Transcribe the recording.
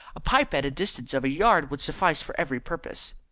a pipe at distances of a yard would suffice for every purpose.